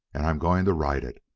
and i'm going to ride it.